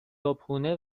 صبحونه